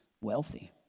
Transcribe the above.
wealthy